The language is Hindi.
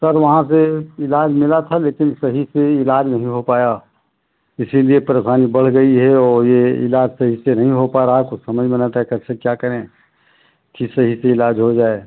सर वहाँ से इलाज मिला था लेकिन सही से इलाज नहीं हो पाया इसीलिए परेशानी बढ़ गई है और ये इलाज सही से नहीं हो पा रहा कुछ समझ में नय आता कैसे क्या करें कि सही से इलाज हो जाए